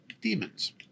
demons